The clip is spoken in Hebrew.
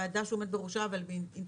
היא ועדה שהוא עומד בראשה,